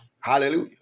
hallelujah